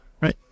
right